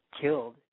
Killed